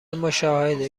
مشاهده